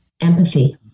empathy